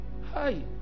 hi